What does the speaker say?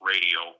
radio